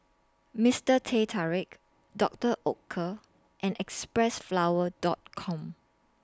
Mister Teh Tarik Doctor Oetker and Xpressflower Dot Com